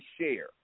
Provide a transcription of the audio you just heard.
share